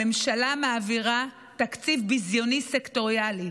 הממשלה מעבירה תקציב ביזיוני סקטוריאלי,